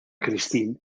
christine